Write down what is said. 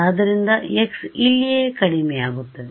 ಆದ್ದರಿಂದ x ಇಲ್ಲಿಯೇ ಕಡಿಮೆಯಾಗುತ್ತಿದೆ